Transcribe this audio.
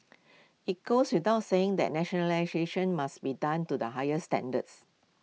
IT goes without saying that nationalisation must be done to the highest standards